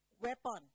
weapon